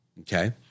okay